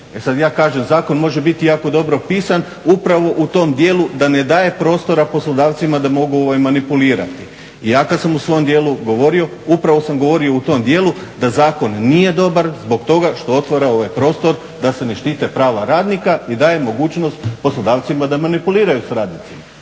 E sada ja kažem zakon može biti jako dobro pisan upravo u tom dijelu da ne daje prostora poslodavcima da mogu manipulirati. Ja kada sam u svom dijelu govorio upravo sam govorio u tom dijelu da zakon nije dobar zbog toga što otvara ovaj prostor da se ne štite prava radnika i daje mogućnost poslodavcima da manipuliraju sa radnicima.